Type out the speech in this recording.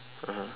(uh huh)